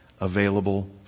available